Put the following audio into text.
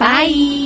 Bye